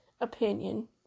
opinion